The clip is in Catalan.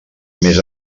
més